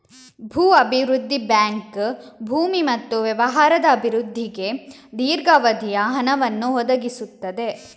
ಭೂ ಅಭಿವೃದ್ಧಿ ಬ್ಯಾಂಕ್ ಭೂಮಿ ಮತ್ತು ವ್ಯವಹಾರದ ಅಭಿವೃದ್ಧಿಗೆ ದೀರ್ಘಾವಧಿಯ ಹಣವನ್ನು ಒದಗಿಸುತ್ತದೆ